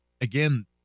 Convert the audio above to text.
again